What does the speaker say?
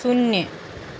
शून्य